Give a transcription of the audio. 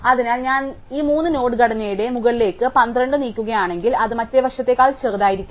അതിനാൽ ഞാൻ ഈ മൂന്ന് നോഡ് ഘടനയുടെ മുകളിലേക്ക് 12 നീക്കുകയാണെങ്കിൽ അത് മറ്റേ വശത്തേക്കാൾ ചെറുതായിരിക്കില്ല